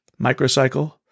microcycle